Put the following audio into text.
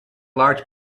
large